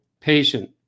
patient